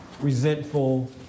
resentful